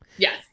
Yes